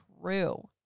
true